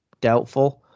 doubtful